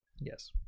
yes